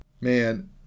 Man